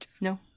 No